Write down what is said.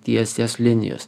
tiesias linijos